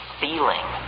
feeling